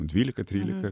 dvylika trylika